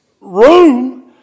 room